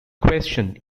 question